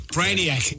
Brainiac